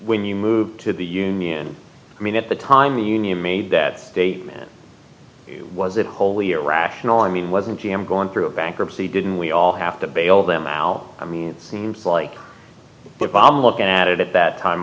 when you move to the union i mean at the time the union made that statement was it wholly irrational i mean wasn't g m going through bankruptcy didn't we all have to bail them out i mean it seems like but bob look at it at that time